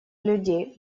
людей